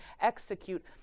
execute